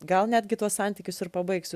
gal netgi tuos santykius ir pabaigsiu